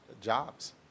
jobs